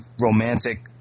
romantic